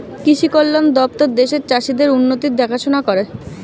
কৃষি কল্যাণ দপ্তর দেশের চাষীদের উন্নতির দেখাশোনা করে